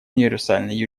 универсальной